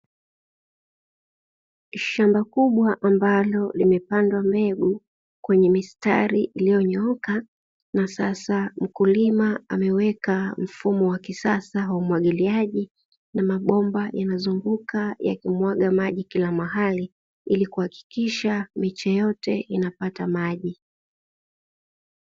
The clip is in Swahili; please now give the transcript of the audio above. Shamba kubwa ambalo limepandwa mbegu kwenye mistari iliyonyooka, na sasa mkulima ameweka mfumo wa kisasa wa umwagiliaji na mabomba yanazunguka yakimwaga maji kila mahali ili kuhakikisha miche yote inapata maji.